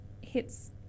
hits